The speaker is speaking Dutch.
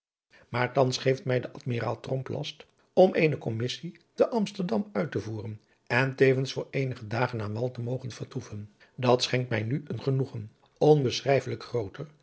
maar thans geeft mij de admiraal tromp last om eene commissie te amsterdam uit te voeren en tevens voor eenige dagen aan wal te mogen vertoeven dat schenkt mij nu een adriaan loosjes pzn het leven van hillegonda buisman genoegen onbeschrijfelijk grooter